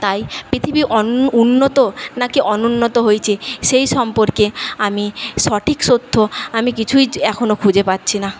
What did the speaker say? তাই পৃথিবীর উন্নত নাকি অনুন্নত হয়েছে সেই সম্পর্কে আমি সঠিক সত্য আমি কিছুই এখনও খুঁজে পাচ্ছি না